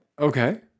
okay